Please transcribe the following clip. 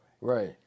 Right